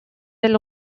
elle